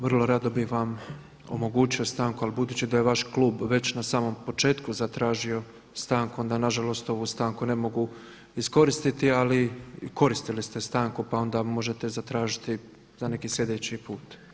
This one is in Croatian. Vrlo rado bi vam omogućio stanku, a budući da je vaš klub već na samom početku zatražio stanku onda nažalost ovu stanku ne mogu iskoristiti, ali koristili ste stanku pa onda možete zatražiti za neki sljedeći put.